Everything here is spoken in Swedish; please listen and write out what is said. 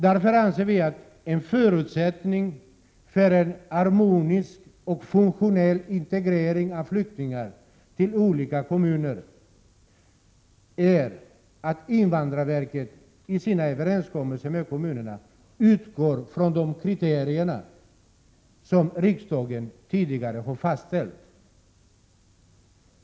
Därför anser vi att en förutsättning för en harmonisk och funktionell integrering av flyktingar i olika kommuner är att invandrarverket i sina överenskommelser med kommunerna utgår från de kriterier som riksdagen tidigare har fastställt.